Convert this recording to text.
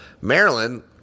Maryland